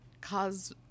cause